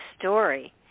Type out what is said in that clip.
story